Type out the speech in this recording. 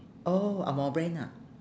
oh angmoh brand ha